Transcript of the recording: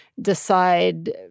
decide